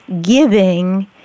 giving